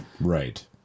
Right